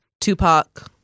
Tupac